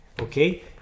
okay